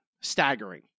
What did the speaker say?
staggering